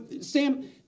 Sam